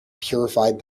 purified